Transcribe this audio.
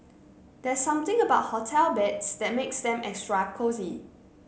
there something about hotel beds that makes them extra cosy